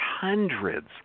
hundreds